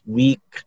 week